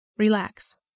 Relax